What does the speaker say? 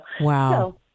Wow